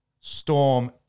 Storm